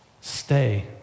stay